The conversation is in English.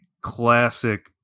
classic